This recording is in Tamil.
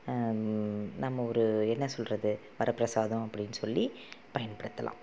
நம்ம ஒரு என்ன சொல்கிறது வரம் பிராசாதம் அப்படீன்னு சொல்லி பயன்படுத்தலாம்